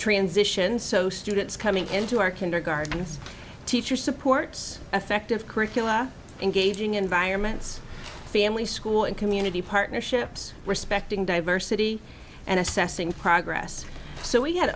transition so students coming into our kindergarten it's teachers supports effective curricula engaging environments family school and community partnerships respecting diversity and assessing progress so we had